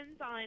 on